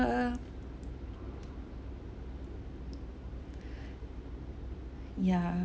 uh yeah